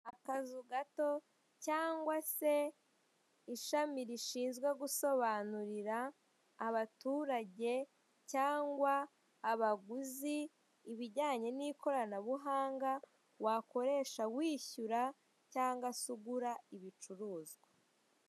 Akazu gato cyangwa se ishami rishinzwe gusobanurira abaturage cyangwa abaguzi ibijyanye n'ikoranabuhanga wakoresha wishyura cyangwa se ugura ibicuruzwa.